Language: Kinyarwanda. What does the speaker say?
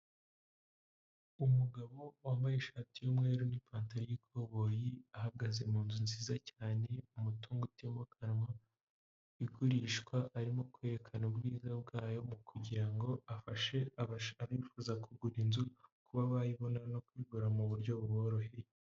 Umugabo wambaye ishati y'umweru n'ipantaro y'ikoboyi ahagaze mu nzu nziza cyane, umutungo utimukanwa igurishwa arimo kwerekana ubwiza bwayo mu kugira ngo afashe abifuza kugura inzu kuba bayibona no kuyigura mu buryo buboroheye.